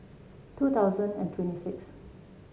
two thousand and twenty six